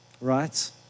right